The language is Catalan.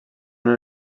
una